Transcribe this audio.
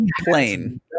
plain